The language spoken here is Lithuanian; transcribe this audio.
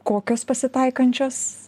kokios pasitaikančios